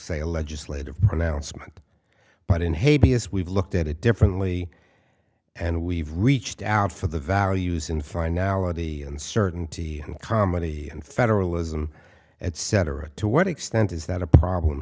say a legislative pronouncement but in haiti is we've looked at it differently and we've reached out for the values in finality and certainty and comedy and federalism etc to what extent is that a problem